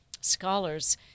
scholars